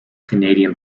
canadian